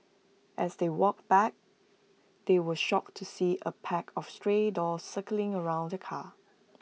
as they walked back they were shocked to see A pack of stray dogs circling around the car